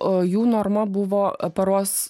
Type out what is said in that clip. o jų norma buvo paros